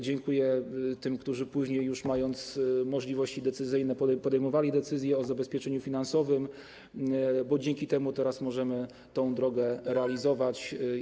Dziękuję tym, którzy później już, mając możliwości decyzyjne, podejmowali decyzje o zabezpieczeniu finansowym, bo dzięki temu teraz możemy tę drogę realizować.